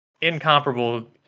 incomparable